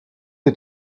est